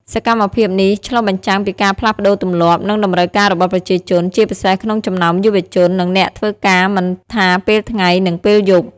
សកម្មភាពនេះឆ្លុះបញ្ចាំងពីការផ្លាស់ប្តូរទម្លាប់ និងតម្រូវការរបស់ប្រជាជន ជាពិសេសក្នុងចំណោមយុវជន និងអ្នកធ្វើការមិនថាពេលថ្ងៃ និងពេលយប់។